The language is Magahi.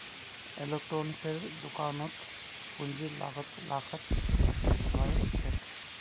इलेक्ट्रॉनिक्सेर दुकानत पूंजीर लागत लाखत ह छेक